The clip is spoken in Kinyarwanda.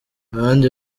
abandi